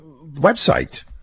website